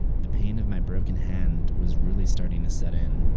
the pain of my broken hand was really starting to set in.